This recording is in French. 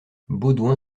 baudouin